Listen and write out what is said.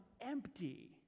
empty